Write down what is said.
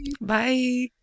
Bye